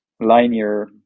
linear